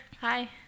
hi